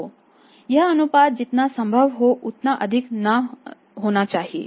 तो यह अनुपात जितना संभव हो उतना अधिक ना चाहिए